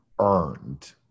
earned